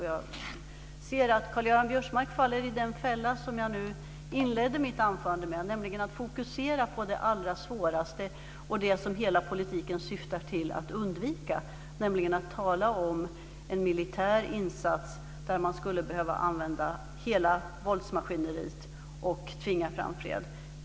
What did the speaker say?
Jag ser att Karl-Göran Biörsmark faller i den fälla som jag inledde mitt anförande med att tala om, att fokusera på det allra svåraste och det som hela politiken syftar till att undvika. Han talar nämligen om en militär insats där man skulle behöva använda hela våldsmaskineriet och tvinga fram fred.